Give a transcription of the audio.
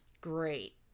Great